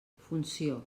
funció